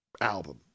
album